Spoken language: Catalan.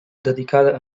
dedicada